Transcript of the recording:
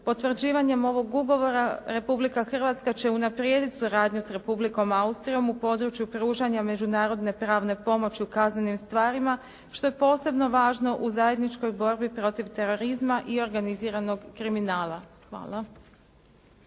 Potvrđivanjem ovog ugovora Republika Hrvatska će unaprijediti suradnju sa Republikom Austrijom u području pružanja međunarodne pravne pomoći u kaznenim stvarima, što je posebno važno u zajedničkoj borbi protiv terorizma i organiziranog kriminala. Hvala.